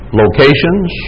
locations